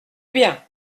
bien